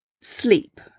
Sleep